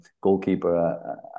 goalkeeper